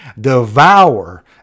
devour